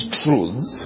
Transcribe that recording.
truths